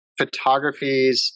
photographies